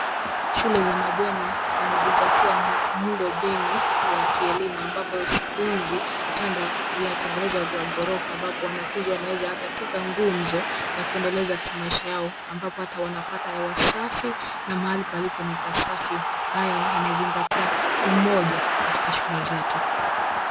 Shule za mabweni zimezingatia muundo mbinu wa kielimu, ambapo siku hizi, vitanda vya tengenezwa vya ghorofa, ambapo wanafunzi wanaweza hata piga gumzo ya kuendeleza kimaisha yao, ambapo hata wanapata hewa safi na mahali palipo ni pa safi. Haya yanazingatia umoja katika shule zetu.